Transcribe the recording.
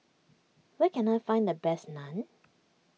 where can I find the best Naan